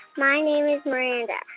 my name is miranda,